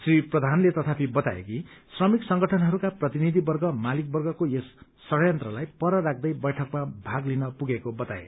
श्री प्रधानले तथापि बताए कि श्रमिक संगठनहरूका प्रतिनिधिवर्ग मालिकवर्गको यस षड़यन्त्रलाई पर राख्दै बैठकमा भाग लिन पुगेको बताए